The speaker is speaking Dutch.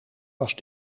was